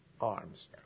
arms